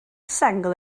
sengl